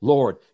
Lord